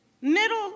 Middle